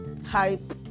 Hype